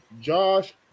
Josh